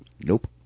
Nope